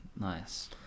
Nice